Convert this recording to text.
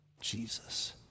Jesus